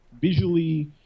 visually